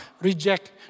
reject